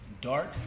dark